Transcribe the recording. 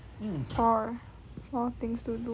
four four things to do